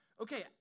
Okay